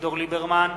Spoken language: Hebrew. אביגדור ליברמן,